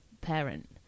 parent